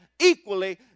equally